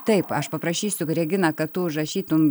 taip aš paprašysiu regina kad tu užrašytum